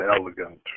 elegant